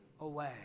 away